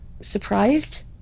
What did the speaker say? Surprised